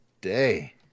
day